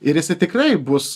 ir jis tikrai bus